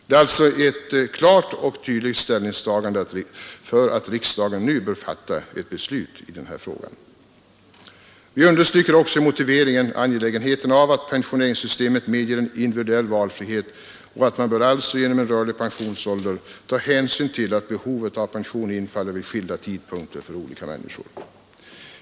Det är alltså ett klart och tydligt ställningstagande för att riksdagen nu bör fatta beslut i denna fråga. Vi understryker också i motiveringen angelägenheten av att pensioneringssystemet medger individuell valfrihet och att man genom en rörlig pensionsålder bör ta hänsyn till att behovet av pension infaller vid skilda tidpunkter för olika människor.